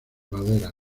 madera